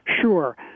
Sure